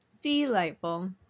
Delightful